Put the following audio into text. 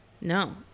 No